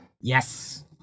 Yes